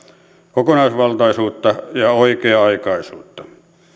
kokonaisvaltaisuutta ja oikea aikaisuutta